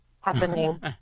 happening